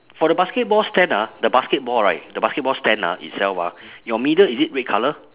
for the basketball stand ah the basketball right the basketball stand ah itself ah your middle is it red colour